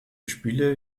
spiele